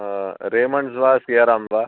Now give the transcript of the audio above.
रेमण्ड्स् वा सियाराम वा